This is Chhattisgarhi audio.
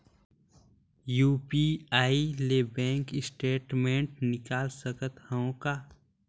यू.पी.आई ले बैंक स्टेटमेंट निकाल सकत हवं का?